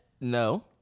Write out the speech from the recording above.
No